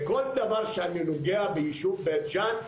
בכל דבר שאני נוגע ביישוב בין ג'אן,